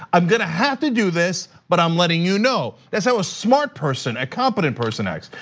i'm gonna have to do this, but i'm letting you know that's how a smart person, a competent person acts.